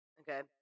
Okay